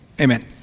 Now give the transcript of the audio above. Amen